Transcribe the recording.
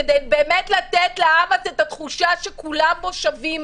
כדי לתת לעם הזה את התחושה שכולם פה שווים,